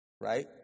right